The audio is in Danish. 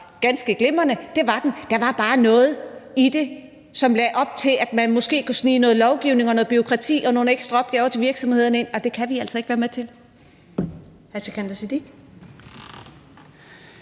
ganske glimrende. Det var den. Der var bare noget i den, som lagde op til, at man måske kunne snige noget lovgivning og noget bureaukrati og nogle ekstra opgaver til virksomhederne ind, og det kan vi altså ikke være med til.